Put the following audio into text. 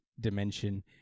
dimension